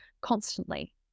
constantly